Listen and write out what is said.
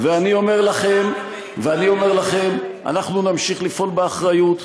אני אומר לכם, אנחנו נמשיך לפעול באחריות.